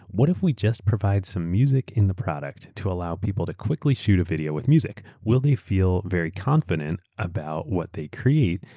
what if we just provide some music in the product to allow people to quickly shoot a video with music? will they feel very confident about what they create?